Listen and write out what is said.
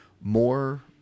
more